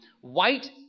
White